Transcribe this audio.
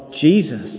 Jesus